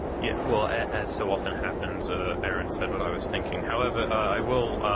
yeah well as so often happens ah aaron said what i was thinking, however i will